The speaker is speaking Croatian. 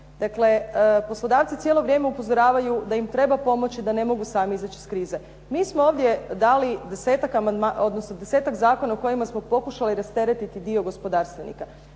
Dakle, poslodavci cijelo vrijeme upozoravaju da im treba pomoći, da ne mogu sami izaći iz krize. Mi smo ovdje dali desetak zakona u kojima smo pokušali rasteretiti dio gospodarstvenika.